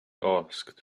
asked